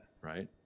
right